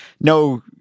no